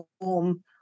form